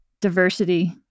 diversity